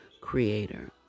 creator